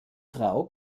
frau